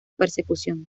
persecución